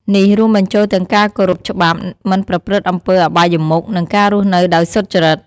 នេះរួមបញ្ចូលទាំងការគោរពច្បាប់ មិនប្រព្រឹត្តអំពើអបាយមុខ និងការរស់នៅដោយសុចរិត។